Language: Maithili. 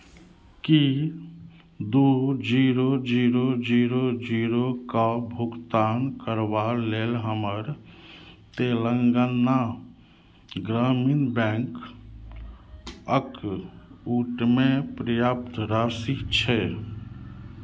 की दू जीरो जीरो जीरो जीरोके भुगतान करबा लेल हमर तेलंगाना ग्रामीण बैंक अकाउंटमे पर्याप्त राशि छै